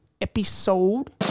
episode